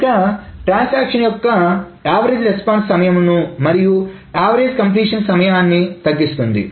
ఇంకా ట్రాన్సాక్షన్ యొక్క average response సమయమును మరియు యావరేజ్ కంప్లీషణ్ సమయమును తగ్గిస్తుంది